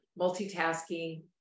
Multitasking